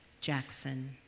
Jackson